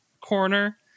corner